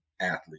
athlete